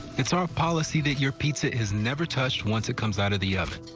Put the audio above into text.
it's our policy that your pizza is never touched once it comes out of the oven.